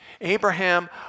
Abraham